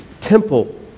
temple